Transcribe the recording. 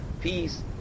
peace